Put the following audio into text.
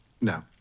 no